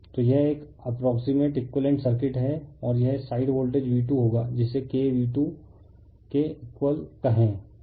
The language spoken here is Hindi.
तो यह एक अप्प्रोक्सिमेट एक़ुइवेलेनट सर्किट है और यह साइड वोल्टेज V2 होगा जिसे K V2 के इक्वल कहें और यह सप्लाई वोल्टेज है